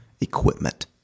equipment